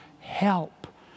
help